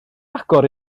agor